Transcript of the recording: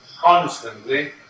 Constantly